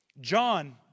John